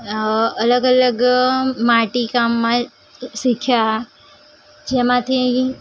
અલગ અલગ માટી કામમાં શીખ્યા જેમાંથી